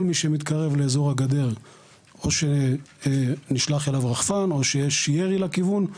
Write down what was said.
כל מי שמתקרב לאזור הגדר - או שנשלח אליו רחפן או שיש ירי לכיוון.